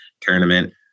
tournament